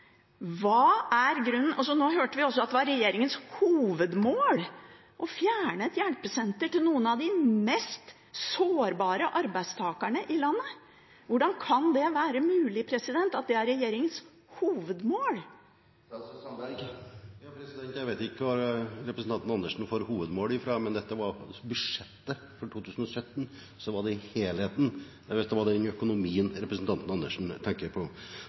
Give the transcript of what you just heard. Nå hørte vi også at det var regjeringens hovedmål å fjerne et hjelpesenter for noen av de mest sårbare arbeidstakerne i landet. Hvordan kan det være mulig at det er regjeringens hovedmål? Jeg vet ikke hvor representanten Andersen får «hovedmål» fra, men dette gjaldt faktisk budsjettet for 2017, så det var helheten – hvis det var den økonomien representanten Andersen tenker på.